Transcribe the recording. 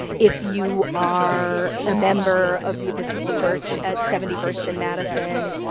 if you are a member of the episcopal church at seventy first in madison,